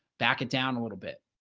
back and down a little bit,